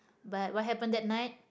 but what happened that night